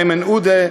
איימן עודה,